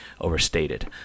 overstated